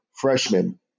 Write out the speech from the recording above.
freshman